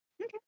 Okay